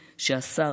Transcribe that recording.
ואת סעיף 8ה,